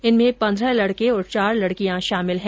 इनमें पंद्रह लड़के और चार लड़कियां शामिल हैं